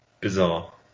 bizarre